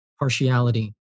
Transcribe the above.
Partiality